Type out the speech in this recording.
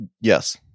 Yes